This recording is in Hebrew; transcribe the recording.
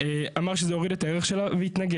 אמר שזה יוריד את הערך שלה והתנגד.